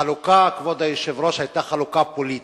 החלוקה, כבוד היושב-ראש, היתה חלוקה פוליטית.